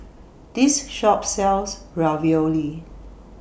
This Shop sells Ravioli